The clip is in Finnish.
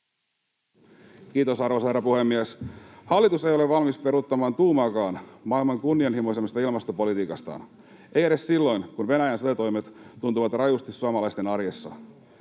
Kiitos, arvoisa herra puhemies! Hallitus ei ole valmis peruuttamaan tuumaakaan maailman kunnianhimoisimmasta ilmastopolitiikastaan, ei edes silloin, kun Venäjän sotatoimet tuntuvat rajusti suomalaisten arjessa.